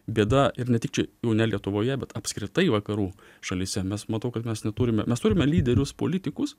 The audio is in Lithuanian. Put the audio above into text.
bėda ir ne tik čia jau ne lietuvoje bet apskritai vakarų šalyse mes matau kad mes neturime mes turime lyderius politikus